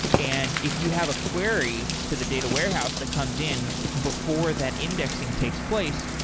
and if you have a query to the data warehouse that comes in before that indexing takes place,